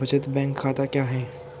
बचत बैंक खाता क्या है?